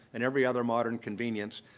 and every other modern convenience,